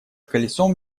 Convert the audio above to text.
колесом